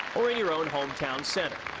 or in your own hometown center.